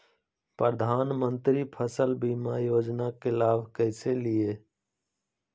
प्रधानमंत्री फसल बीमा योजना के लाभ कैसे लिये?